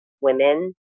women